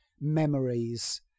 memories